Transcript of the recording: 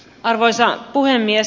arvoisa puhemies